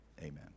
amen